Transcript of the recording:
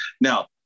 Now